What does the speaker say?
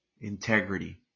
integrity